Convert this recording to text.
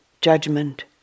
judgment